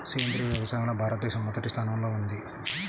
సేంద్రీయ వ్యవసాయంలో భారతదేశం మొదటి స్థానంలో ఉంది